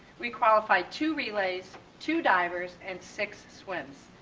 we qualify two relays, two divers and six swims.